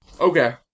Okay